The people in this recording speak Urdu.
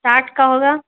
ساٹھ کا ہوگا